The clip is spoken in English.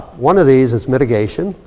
one of these is mitigation,